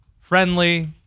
friendly